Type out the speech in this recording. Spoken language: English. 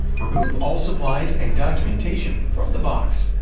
remove all supplies and documentation from the box.